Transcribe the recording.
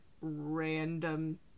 random